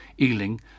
Ealing